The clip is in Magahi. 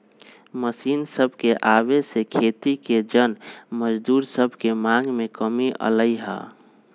मशीन सभके आबे से खेती के जन मजदूर सभके मांग में कमी अलै ह